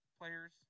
players